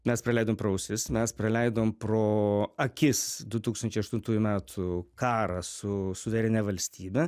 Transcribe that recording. mes praleidom pro ausis mes praleidom pro akis du tūkstančiai aštuntųjų metų karą su suverenia valstybe